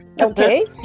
okay